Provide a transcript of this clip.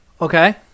Okay